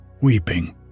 weeping